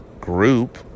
group